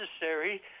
necessary